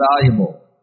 valuable